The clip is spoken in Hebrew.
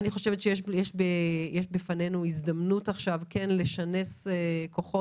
אני חושבת שיש בפנינו הזדמנות עכשיו כן לשנס מותניים